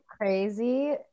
Crazy